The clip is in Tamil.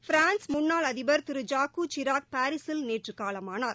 ஃபிரான்ஸ் முன்னாள் அதிபர் ஜாக்கூ சிராக் பாரீஸில் நேற்று காலமானார்